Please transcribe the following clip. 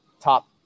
top